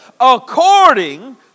According